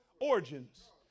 Origins